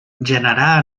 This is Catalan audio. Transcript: generar